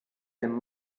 dem